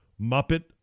Muppet